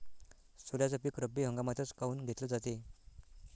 सोल्याचं पीक रब्बी हंगामातच काऊन घेतलं जाते?